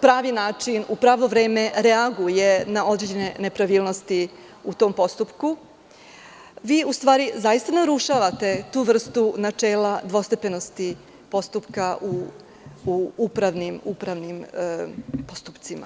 pravi način u pravo vreme reaguje na određene nepravilnosti u tom postupku, vi u stvari zaista narušavate tu vrstu načela dvostepenosti postupka u upravnim postupcima.